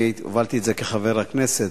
אני הובלתי את זה כחבר כנסת,